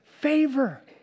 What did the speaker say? favor